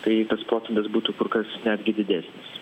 tai tas procentas būtų kur kas netgi didesnis